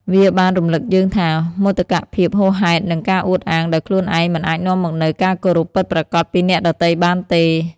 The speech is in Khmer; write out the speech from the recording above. វាបានរំលឹកយើងថា មោទកភាពហួសហេតុ និងការអួតអាងដោយខ្លួនឯងមិនអាចនាំមកនូវការគោរពពិតប្រាកដពីអ្នកដទៃបានទេ។